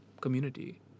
community